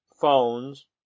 phones